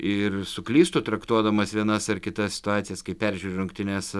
ir suklystu traktuodamas vienas ar kitas situacijas kai peržiuriu rungtynes